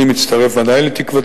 ואני בוודאי מצטרף לתקוותו